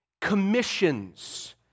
Commissions